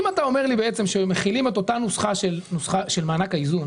אם אתה אומר לי שמחילים את אותה נוסחה של מענק האיזון,